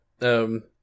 um-